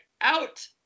out